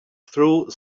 through